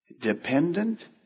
dependent